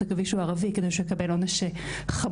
תקווי שהוא ערבי כדי שהוא יקבל עונש חמור.